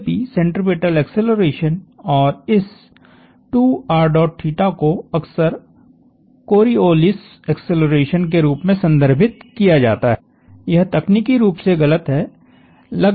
यद्यपि centripetal acceleration और इस को अक्सर कोरिओलिस एक्सेलरेशन के रूप में संदर्भित किया जाता है यह तकनीकी रूप से गलत हैं